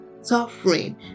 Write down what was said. suffering